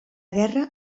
guerra